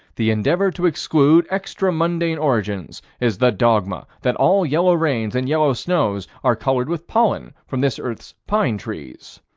the endeavor to exclude extra-mundane origins is the dogma that all yellow rains and yellow snows are colored with pollen from this earth's pine trees.